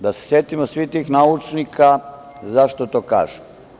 Da se setimo svih tih naučnika, zašto to kažem?